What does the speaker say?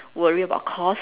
worry about cost